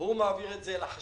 והוא מעביר את זה לחשב,